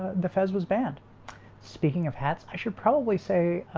the fez was banned speaking of hats i should probably say,